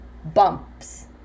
Bumps